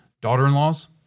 daughter-in-laws